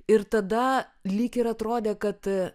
ir tada lyg ir atrodė kad